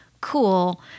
cool